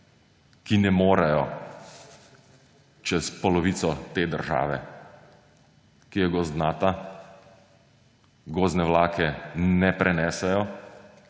ki ne morejo čez polovico te države, ki je gozdnata, gozdne vlake ne prenesejo